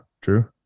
true